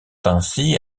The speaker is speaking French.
ainsi